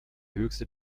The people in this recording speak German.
höchste